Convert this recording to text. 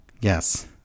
Yes